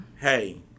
Hey